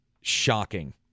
shocking